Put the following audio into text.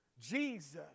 Jesus